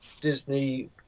Disney